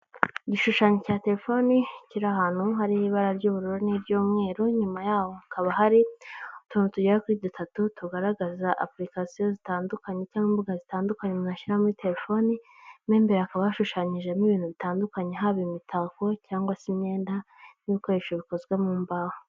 Igishushanyo cya telefoni, kiri ahantu hari ibara ry'ubururu n'iry'umweru, inyuma yaho hakaba hari utuntu tugera kuri dutatu tugaragaza apulikasiyo zitandukanye, cyangwa imbuga zitandukanye nashyira muri telefoni, mo imbere hakaba hashushanyijemo ibintu bitandukanye, haba imitako cyangwa se imyenda, n'ibikoresho bikozwe mu mbaho.